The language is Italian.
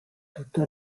tutto